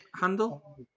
handle